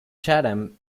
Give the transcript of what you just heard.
chatham